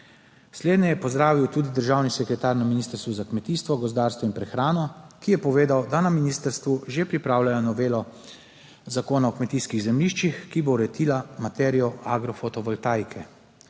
Slednje je pozdravil tudi državni sekretar na Ministrstvu za kmetijstvo, gozdarstvo in prehrano, ki je povedal, da na ministrstvu že pripravljajo novelo Zakona o kmetijskih zemljiščih, ki bo uredila materijo agrofotovoltaike.